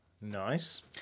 Nice